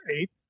eight